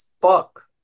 fuck